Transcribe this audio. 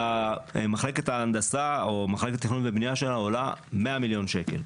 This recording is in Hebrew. שמחלקת ההנדסה או מחלקת תכנון ובנייה עולה 100 מיליון שקל,